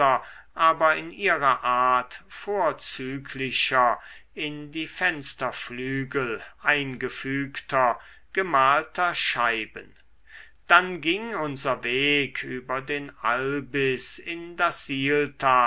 aber in ihrer art vorzüglicher in die fensterflügel eingefügter gemalter scheiben dann ging unser weg über den albis in das